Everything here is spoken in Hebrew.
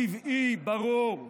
טבעי, ברור,